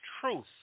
truth